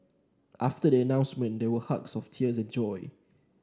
after the announcement there were hugs of tears of joy